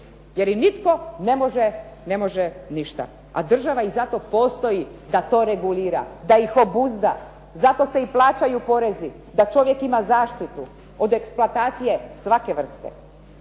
jer im nitko ne može ništa, a država i zato postoji da to regulira, da ih obuzda. Zato se i plaćaju porezi da čovjek ima zaštitu od eksploatacije svake vrste.